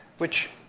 which,